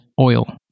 oil